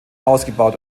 ausgebaut